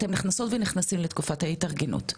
אתם נכנסות ונכנסים לתקופת ההתארגנות,